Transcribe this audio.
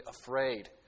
afraid